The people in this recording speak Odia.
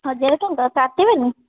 ହଜାର ଟଙ୍କା କାଟିବେନି